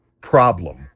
problem